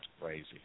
crazy